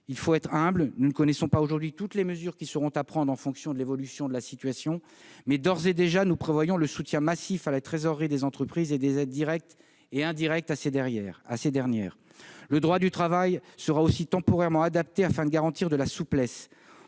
Il faut être humble : nous ne connaissons pas aujourd'hui toutes les mesures qui seront à prendre en fonction de l'évolution de la situation. Mais, d'ores et déjà, nous prévoyons le soutien massif à la trésorerie des entreprises et des aides directes ou indirectes à ces dernières. Le droit du travail sera aussi temporairement adapté afin de garantir de la souplesse